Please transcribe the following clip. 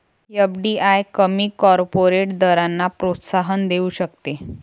FDI कमी corporate दरांना प्रोत्साहन देऊ शकते